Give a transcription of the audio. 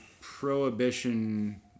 Prohibition